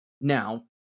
Now